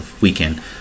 weekend